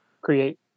create